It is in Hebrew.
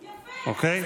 אוקיי?